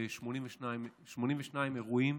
ב-82 אירועים